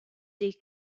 des